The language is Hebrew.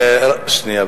שנייה,